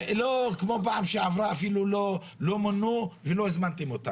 ולא כמו פעם שעברה שאפילו לא מונו ולא הזמנתם אותם.